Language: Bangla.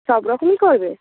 সব রকমই করবে